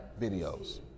Videos